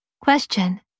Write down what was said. Question